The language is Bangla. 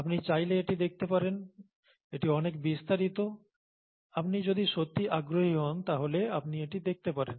আপনি চাইলে এটি দেখতে পারেন এটি অনেক বিস্তারিত আপনি যদি সত্যিই আগ্রহী হন তাহলে আপনি এটি দেখতে পারেন